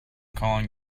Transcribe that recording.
calling